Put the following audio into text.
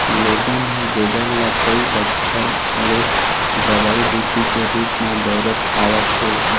लोगन ह गोबर ल कई बच्छर ले दवई बूटी के रुप म बउरत आवत हे